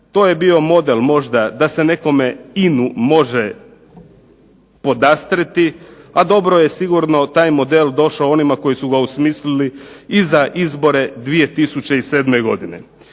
To je bilo model možda da se nekome INA-u može podastri, a dobro je sigurno taj model došao onima koji su ga osmislili i za izbore 2007. godine.